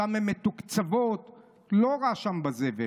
שם הן מתוקצבות, לא רע שם בזבל.